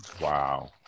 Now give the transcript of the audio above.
Wow